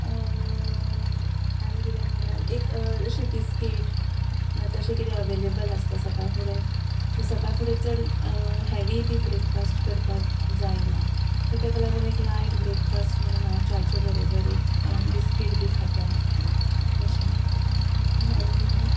आनी कितें म्हणल्यार एक अशी बिस्कीट ना तशें किदें अवेलेबल आसता सकाळ फुडें सो सकाळ फुडें चड हेवी बी ब्रेकफास्ट करपाक जायना सो ताका लागून एक लायट ब्रेकफास्ट म्हणून हांव चे बरोबर एक बिस्कीट बी खाता तशें आनी